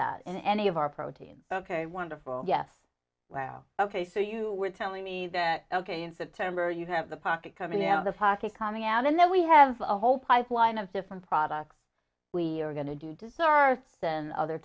that in any of our proteins ok wonderful yes well ok so you were telling me that ok in september you have the packet coming out of the hockey coming out and then we have a whole pipeline of different products we are going to do to start than other